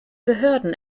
behörden